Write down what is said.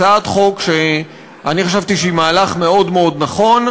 הצעת חוק שאני חשבתי שהיא מהלך מאוד מאוד נכון,